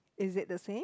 is it the same